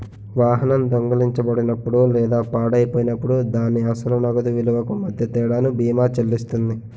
వాహనం దొంగిలించబడినప్పుడు లేదా పాడైపోయినప్పుడు దాని అసలు నగదు విలువకు మధ్య తేడాను బీమా చెల్లిస్తుంది